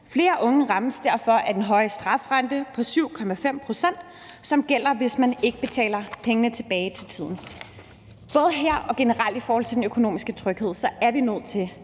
flere unge rammes derfor af den høje strafrente på 7,5 pct., som gælder, hvis man ikke betaler pengene tilbage til tiden. Både her og generelt i forhold til den økonomiske tryghed er vi nødt til at